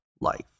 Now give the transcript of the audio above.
life